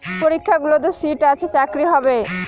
পরীক্ষাগুলোতে সিট আছে চাকরি হবে